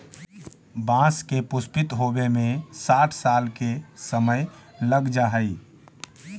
बाँस के पुष्पित होवे में साठ साल तक के समय लग जा हइ